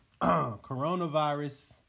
coronavirus